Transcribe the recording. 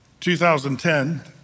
2010